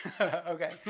Okay